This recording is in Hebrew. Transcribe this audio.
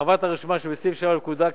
הרחבת הרשימה שבסעיף 7 לפקודה,